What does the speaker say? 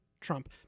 Trump